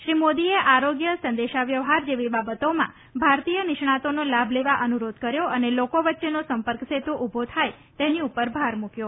શ્રી મોદીએ આરોગ્ય સંદેશા વ્યવહાર જેવી બાબતોમાં ભારતીય નિષ્ણાતોનો લાભ લેવા અનુરોધ કર્યો અને લોકો વચ્ચેનો સંપર્ક સેત્ર ઉભો થાય તેની પર ભાર મૂક્યો